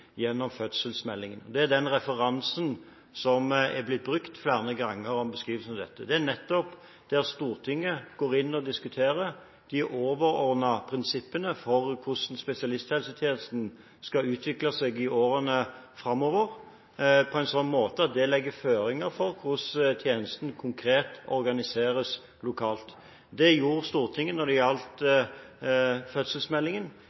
gjennom fødselsmeldingen. Det er den referansen som er blitt brukt flere ganger om beskrivelsen av dette. Det er nettopp der Stortinget skal diskutere de overordnede prinsippene for hvordan spesialisthelsetjenesten skal utvikle seg i årene framover, på en sånn måte at det legger føringer for hvordan tjenesten konkret organiseres lokalt. Det gjorde Stortinget når det gjaldt fødselsmeldingen.